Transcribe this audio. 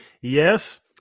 Yes